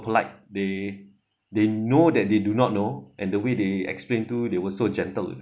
like they they know that they do not know and the way they explain too that was so gentle